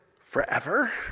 forever